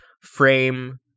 frame